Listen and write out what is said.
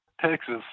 Texas